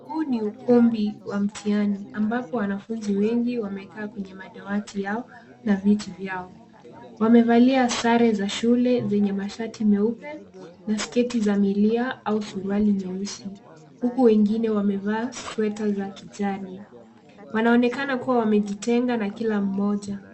Huu ni ukumbi wa mtihani ambapo wanafunzi wengi wamekaa kwenye madawati yao na viti vyao. Wamevalia sare za shule yenye mashati meupe na sketi za milia au suruali nyeusi huku wengine wamevaa sweta za kijani. Wanaonekana kuwa wamejitenga na kila mmoja.